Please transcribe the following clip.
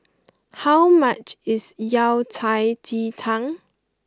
how much is Yao Cai Ji Tang